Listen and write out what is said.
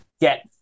get